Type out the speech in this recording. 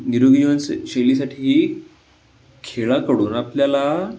निरोगी जीवन शैलीसाठी खेळाकडून आपल्याला